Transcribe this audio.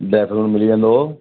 dragon fruit मिली वेंदो